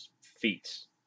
feats